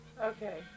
Okay